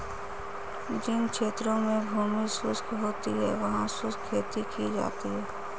जिन क्षेत्रों में भूमि शुष्क होती है वहां शुष्क खेती की जाती है